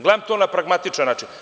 Gledam to na pragmatičan način.